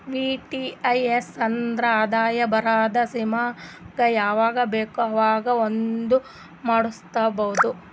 VDIS ಅಂದುರ್ ಆದಾಯ ಬರದ್ ಸ್ಕೀಮಗ ಯಾವಾಗ ಬೇಕ ಅವಾಗ್ ಬಂದ್ ಮಾಡುಸ್ಬೋದು